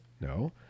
no